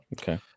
okay